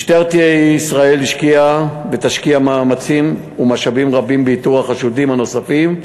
משטרת ישראל השקיעה ותשקיע מאמצים ומשאבים רבים באיתור החשודים הנוספים.